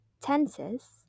tenses